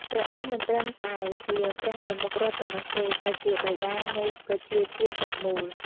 ព្រះអង្គមិនត្រឹមតែជាព្រះប្រមុខរដ្ឋប៉ុណ្ណោះទេ តែជា "បិតា" នៃប្រជាជាតិទាំងមូល។